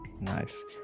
Nice